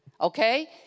Okay